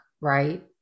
right